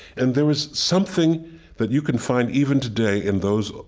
and there was something that you can find even today in those,